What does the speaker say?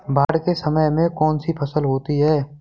बाढ़ के समय में कौन सी फसल होती है?